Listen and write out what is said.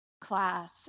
class